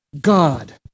God